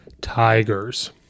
Tigers